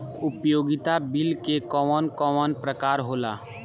उपयोगिता बिल के कवन कवन प्रकार होला?